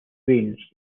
range